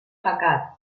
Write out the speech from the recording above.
pecat